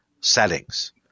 settings